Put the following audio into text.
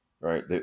right